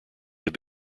have